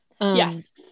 Yes